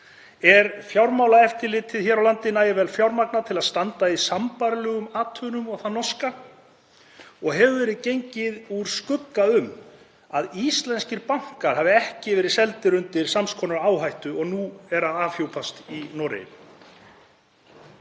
Er Fjármálaeftirlitið hér á landi nægilega vel fjármagnað til að standa í sambærilegum athugunum og það norska? Og hefur verið gengið úr skugga um að íslenskir bankar hafi ekki verið seldir undir sams konar áhættu og nú er að afhjúpast í Noregi?